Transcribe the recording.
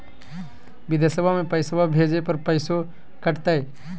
बिदेशवा मे पैसवा भेजे पर पैसों कट तय?